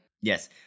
Yes